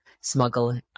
smuggle